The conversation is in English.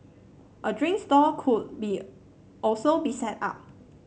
a drink stall could be also be set up